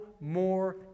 more